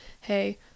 hey